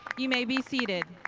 you may be seated.